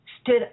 stood